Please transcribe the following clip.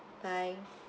bye